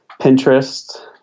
Pinterest